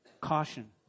caution